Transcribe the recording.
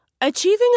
Achieving